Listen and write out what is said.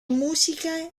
musiche